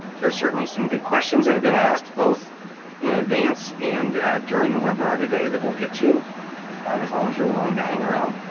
there's certainly some good questions that have been asked both in advance and during the webinar today that we'll get to, and as long as you're willing to hang around.